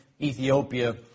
Ethiopia